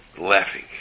laughing